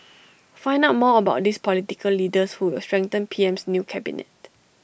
find out more about these political leaders who will strengthen PM's new cabinet